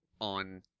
on